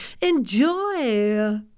Enjoy